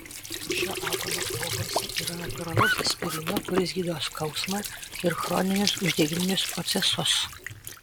šio augalo uogose yra natūralaus aspirino kuris gydo skausmą ir chroninius uždegiminius procesus